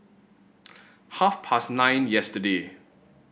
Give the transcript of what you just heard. half past nine yesterday